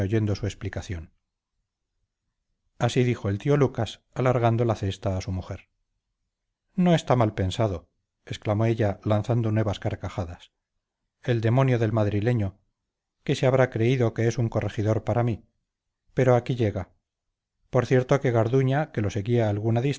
divertirme oyendo su explicación así dijo el tío lucas alargando la cesta a su mujer no está mal pensado exclamó ella lanzando nuevas carcajadas el demonio del madrileño qué se habrá creído que es un corregidor para mí pero aquí llega por cierto que garduña que lo seguía a alguna